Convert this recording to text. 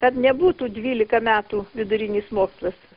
kad nebūtų dvylika metų vidurinis mokslas